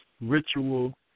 ritual